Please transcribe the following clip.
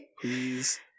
Please